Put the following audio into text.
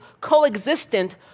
coexistent